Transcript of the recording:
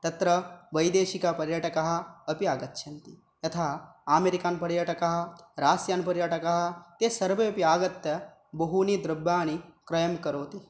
तत्र वैदेशिकपर्यटकाः अपि आगच्छन्ति तथा आमेरिकान् र्यटकः रास्यान् पर्यटकः ते सर्वेऽपि आगत्य बहूनि द्रव्याणि क्रयं करोति